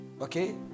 Okay